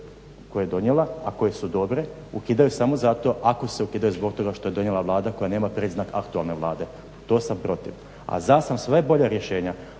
koje je donijela, a koje su dobre ukidaju samo zato ako se ukidaju zbog toga što je donijela vlada koja nema predznak aktualne vlade, tu sam protiv, a za … bolja rješenja.